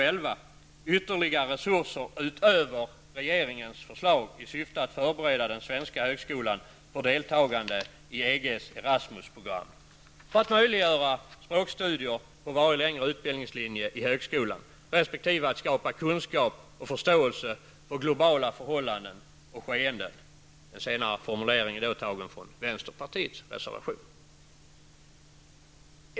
11 ytterligare resurser utöver regeringens förslag i syfte att förbereda den svenska högskolan för deltagande i EGs Erasmus-program för att möjliggöra språkstudier på varje längre utbildningslinje i högskolan resp. att skapa kunskap och förståelse för globala förhållanden och skeenden. Den senare formuleringen återfinns i vänsterpartiets reservation.